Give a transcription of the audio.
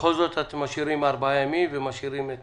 ובכל זאת אתם משאירים ארבעה ימים ומשאירים את